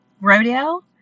Rodeo